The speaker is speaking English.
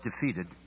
defeated